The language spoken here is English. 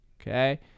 okay